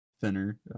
thinner